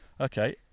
Okay